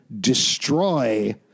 destroy